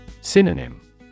Synonym